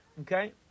Okay